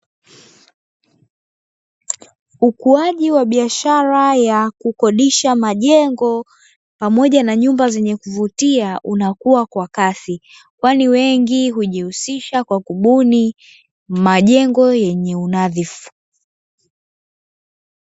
Ukuwaji wa biashara ya kukodisha majengo pamoja na nyumba zenye kuvutia inakua kwa kasi kwani wengi hujihusisha kwa kubuni majengo yenye unadhifu.